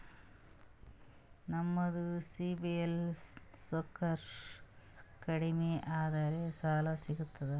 ನಮ್ದು CIBIL score ಕಡಿಮಿ ಅದರಿ ಸಾಲಾ ಸಿಗ್ತದ?